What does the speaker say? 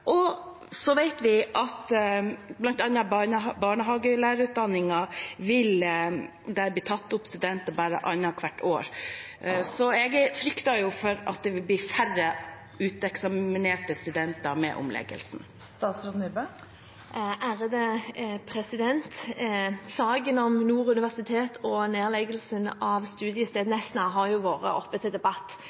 Vi vet at det bl.a. for barnehagelærerutdanningen vil blitt tatt opp studenter bare annethvert år, så jeg frykter at det blir færre uteksaminerte studenter med omleggingen. Saken om Nord universitet og nedleggelsen av studiestedet Nesna har vært oppe til debatt